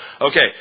Okay